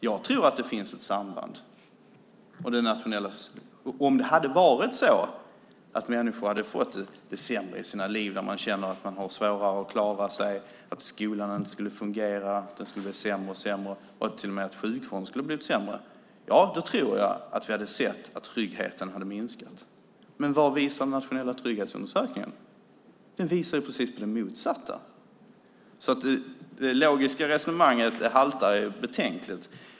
Jag tror att det finns ett samband, och om människor verkligen hade fått det sämre i sina liv och känt att de hade svårare att klara sig, att skolan inte skulle fungera eller att till och med sjukvården skulle fungera sämre, tror jag att vi också skulle ha sett att tryggheten hade minskat. Men vad visar den nationella trygghetsundersökningen? Jo, den visar precis det motsatta. Det logiska resonemanget haltar betänkligt.